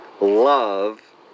love